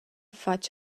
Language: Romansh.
fatg